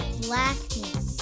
blackness